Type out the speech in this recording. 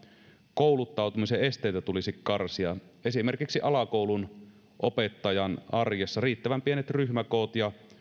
kouluttautumisen esteitä tulisi karsia esimerkiksi alakoulun opettajan arjessa riittävän pienet ryhmäkoot ja